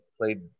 played